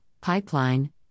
Pipeline